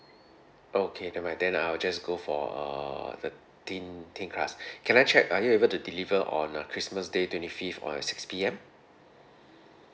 okay nevermind then I'll just go for uh the thin thin crust can I check are you able to deliver on uh christmas day twenty fifth on a six P_M